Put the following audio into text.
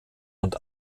und